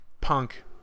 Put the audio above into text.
punk